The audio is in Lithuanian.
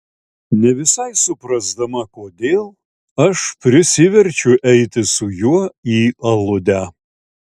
ne visai suprasdama kodėl aš prisiverčiu eiti su juo į aludę